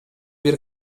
бир